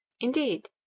indeed